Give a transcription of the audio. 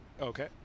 Okay